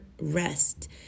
rest